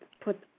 put